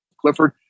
Clifford